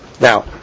Now